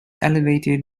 elevated